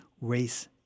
race